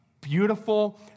beautiful